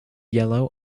yellow